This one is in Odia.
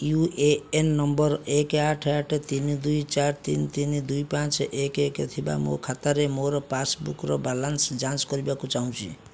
ୟୁ ଏ ଏନ୍ ନମ୍ବର ଏକ ଆଠ ଆଠ ତିନି ଦୁଇ ଚାରି ତିନି ତିନି ଦୁଇ ପାଞ୍ଚ ଏକ ଏକ ଥିବା ମୋ ଖାତାରେ ମୋର ପାସ୍ବୁକ୍ର ବାଲାନ୍ସ ଯାଞ୍ଚ କରିବାକୁ ଚାହୁଁଛି